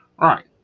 right